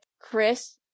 Chris